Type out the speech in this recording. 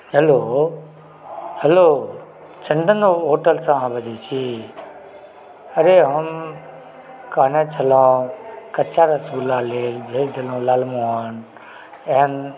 hello hello Chandan होटलसँ अहाँ बजैत छी अरे हम कहने छलहुँ कच्चा रसगुल्ला लेल भेज देलहुँ लालमोहन एहन